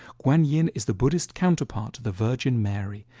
guanyin is the buddhist counterpart of the virgin mary.